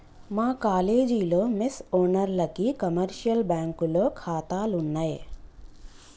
మా కాలేజీలో మెస్ ఓనర్లకి కమర్షియల్ బ్యాంకులో ఖాతాలున్నయ్